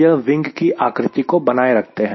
यह विंग की आकृति को बनाए रखते हैं